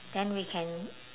then we can